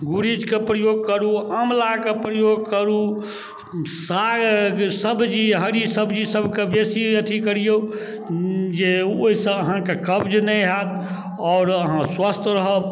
गुरीचके प्रयोग करू आमलाके प्रयोग करू साग सब्जी हरी सब्जी सबके बेसी अथी करिऔ जे ओहिसँ अहाँके कब्ज नहि हैत आओर अहाँ स्वस्थ रहब